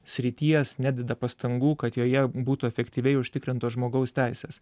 srities nededa pastangų kad joje būtų efektyviai užtikrintos žmogaus teisės